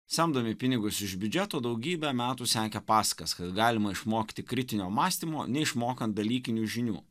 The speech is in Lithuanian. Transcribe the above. semdomi pinigus iš biudžeto daugybę metų sekę pasakas kad galima išmokti kritinio mąstymo neišmokant dalykinių žinių